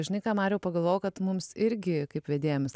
žinai ką mariau pagalvojau kad mums irgi kaip vedėjams